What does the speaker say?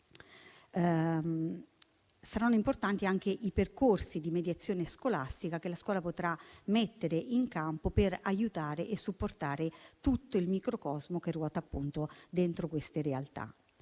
Saranno importanti anche i percorsi di mediazione scolastica che la scuola potrà mettere in campo per aiutare e supportare tutto il microcosmo che ruota dentro queste realtà.